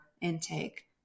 intake